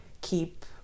keep